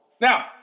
Now